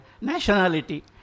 nationality